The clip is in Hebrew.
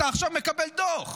אתה עכשיו מקבל דוח.